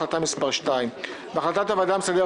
החלטה מספר 2. בהחלטת הוועדה המסדרת